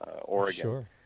Oregon